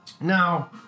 Now